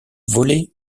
volé